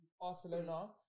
Barcelona